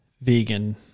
vegan